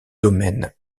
domaine